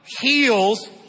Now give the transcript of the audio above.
Heals